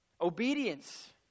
Obedience